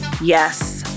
Yes